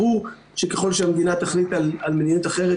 ברור שככל שהמדינה תחליט על מדיניות אחרת,